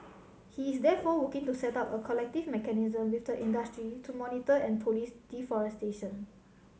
he is therefore working to set up a collective mechanism with the industry to monitor and police deforestation